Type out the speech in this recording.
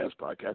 podcast